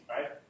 Right